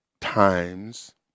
times